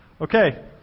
Okay